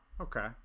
okay